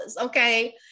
Okay